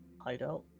hideout